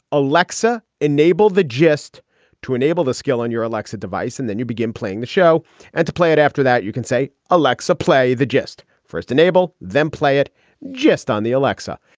alexa, enable the gist to enable the skill on your alexa device, and then you begin playing the show and to play it after that you can say, alexa, play the gist first enable then play it just on the alexa